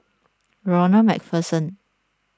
Ronald MacPherson